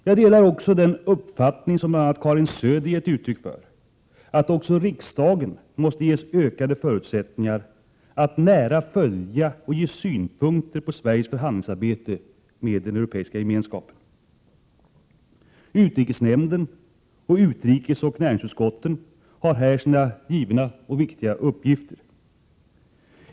Jag delar den uppfattning som bl.a. Karin Söder har givit uttryck för, att också riksdagen måste ges ökade förutsättningar att nära följa och anföra synpunkter på Sveriges förhandlingsarbete med den europeiska gemenskapen. Utrikesnämnden och utrikesoch näringsutskotten har här sina givna och viktiga uppgifter.